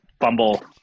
fumble